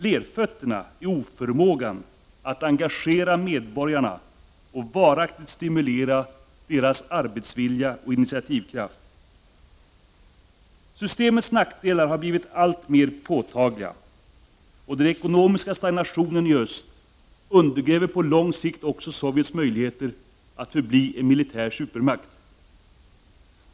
Lerfötterna är oförmågan att engagera medborgarna och varaktigt stimulera deras arbetsvilja och initiativkraft. Systemets nackdelar har blivit allt mer påtagliga. Den ekonomiska stagnationen i öst undergräver på lång sikt också Sovjets möjligheter att förbli en militär supermakt.